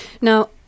Now